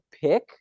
pick